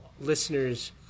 listeners